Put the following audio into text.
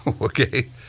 Okay